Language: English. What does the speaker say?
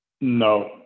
No